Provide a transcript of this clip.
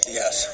yes